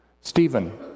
Stephen